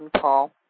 Paul